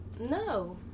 No